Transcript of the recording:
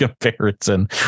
comparison